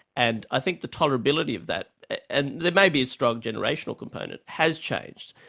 and i think the tolerability of that and there may be a strong generational component has changed.